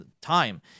time